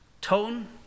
tone